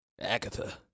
Agatha